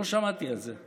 לא שמעתי על זה.